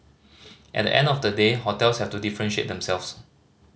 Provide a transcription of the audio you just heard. at the end of the day hotels have to differentiate themselves